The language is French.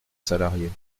salariés